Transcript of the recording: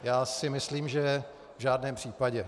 Já si myslím, že v žádném případě.